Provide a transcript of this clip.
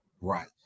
Right